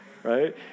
right